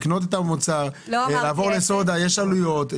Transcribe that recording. לקנות את המוצר, לעבור לסודה יש עלויות.